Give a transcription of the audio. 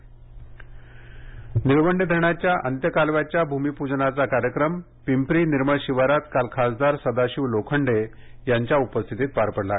निळवंडे भमीपजन गन्हा अहमदनगर निळवंडे धरणाच्या अंत्य कालव्याच्या भूमीपूजनाचा कार्यक्रम पिंपरी निर्मळ शिवारात काल खासदार सदाशिव लोखंडे यांच्या उपस्थितीत पार पडला